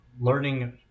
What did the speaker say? learning